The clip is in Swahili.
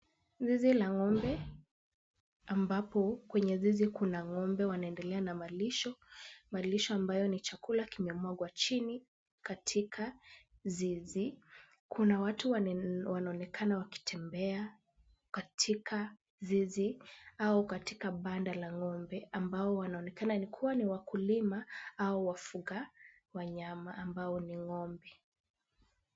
Zizi la ng'ombe ambapo kwenye zizi kuu la ng'ombe wanaendelea na malisho, malisho ambayo ni chakula kimemwagwa chini katika zizi. Kuna watu wanaonekana wakitembea katika zizi au katika banda la ng'ombe ambao wanaonekana kuwa ni wakulima au wafuga wanyama ambao ni ng'ombe.